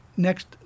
next